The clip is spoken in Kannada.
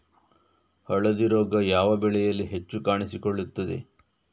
ಹಳದಿ ರೋಗ ಯಾವ ಬೆಳೆಯಲ್ಲಿ ಹೆಚ್ಚು ಕಾಣಿಸಿಕೊಳ್ಳುತ್ತದೆ?